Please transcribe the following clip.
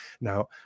Now